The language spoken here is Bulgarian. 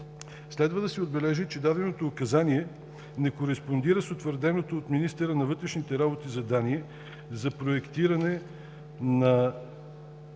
Следва да се отбележи, че даденото указание не кореспондира с утвърденото от министъра на вътрешните работи задание за проектиране на